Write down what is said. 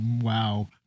wow